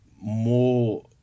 more